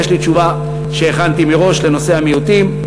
ויש לי תשובה שהכנתי מראש לנושא המיעוטים.